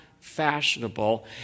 fashionable